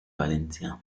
valencia